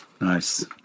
Nice